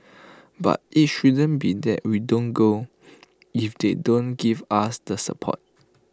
but IT shouldn't be that we don't go if they don't give us the support